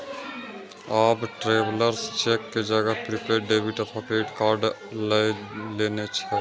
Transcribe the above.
आब travellers cheque के जगह प्रीपेड डेबिट अथवा क्रेडिट कार्ड लए लेने छै